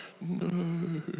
no